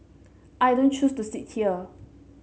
I don't choose to sit here